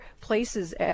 places